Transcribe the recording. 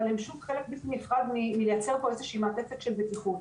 אבל הם שוב חלק בלתי נפרד מלייצר פה איזו שהיא מעטפת של בטיחות,